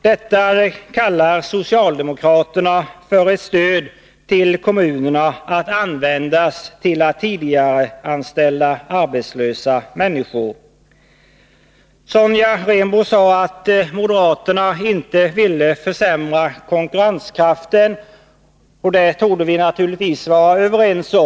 Detta kallar socialdemokraterna för ett stöd till kommunerna, att användas till att tidigareanställa arbetslösa människor. Sonja Rembo sade att moderaterna inte ville försämra konkurrenskraften, och därom torde vi vara överens.